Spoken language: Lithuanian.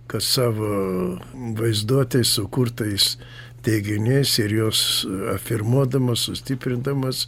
kas savo vaizduotėj sukurtais teiginiais ir jos afirmuodamas sustiprindamas